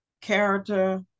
character